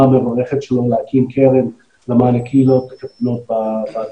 המבורכת שלו להקים קרן למען הקהילות הקטנות בתפוצות.